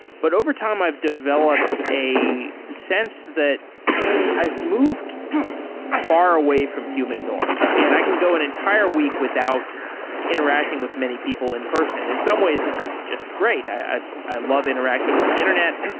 but overtime, i've developed a sense that i've moved far away from human norms and i can go an entire week without interacting with many people in-person. in some ways, this is just great. i i love interacting on the internet.